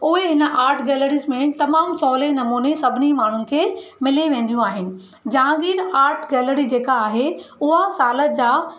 ओए हिन art galleries में तमामु सवले नमूने सभिनी माण्हूनि खे मिली वेंदियूं आहिनि जहांगीर आर्ट गैलरी जेका आहे उहा सालु जा